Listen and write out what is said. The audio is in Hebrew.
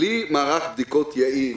בלי מערך בדיקות יעיל